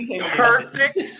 perfect